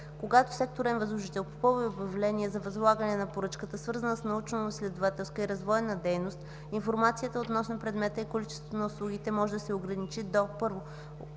Когато секторен възложител попълва обявление за възлагане на поръчка, свързана с научноизследователска и развойна дейност (НИРД), информацията относно предмета и количеството на услугите може да се ограничи до: 1.